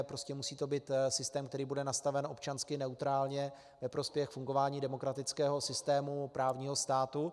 Prostě to musí být systém, který bude nastaven občansky neutrálně ve prospěch fungování demokratického systému právního státu.